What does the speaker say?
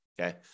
okay